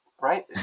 right